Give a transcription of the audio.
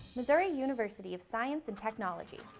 missouri university of science and technology.